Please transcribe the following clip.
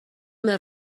més